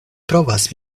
provas